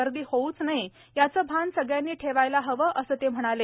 गर्दी होऊच नये याचं भान सगळ्यांनी ठेवायला हवं असं ते म्हणाले